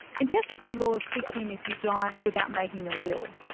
intestacy laws kick in if you die without making a will,